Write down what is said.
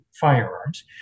firearms